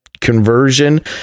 conversion